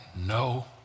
no